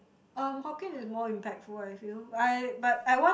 um Hokkien is more impactful I feel I but I want